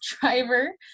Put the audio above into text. driver